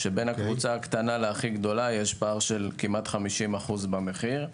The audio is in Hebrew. בין הקבוצה הקטנה להכי גדולה יש פער של 50% כמעט במחיר.